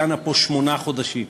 דנה פה שמונה חודשים.